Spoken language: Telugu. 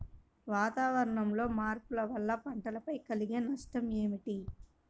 వాతావరణంలో మార్పుల వలన పంటలపై కలిగే నష్టం ఏమిటీ?